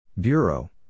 Bureau